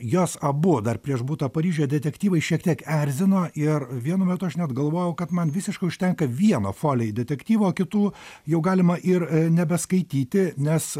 jos abu dar prieš butą paryžiuje detektyvai šiek tiek erzino ir vienu metu aš net galvojau kad man visiškai užtenka vieno folei detektyvo o kitų jau galima ir nebeskaityti nes